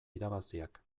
irabaziak